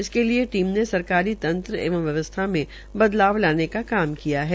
इसके लिए टीम ने सरकारी तन्त्र एवं व्यवस्था में बदलवा लाने का कार्य किया है